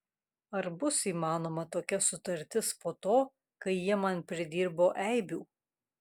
ar bus įmanoma tokia sutartis po to kai jie man pridirbo eibių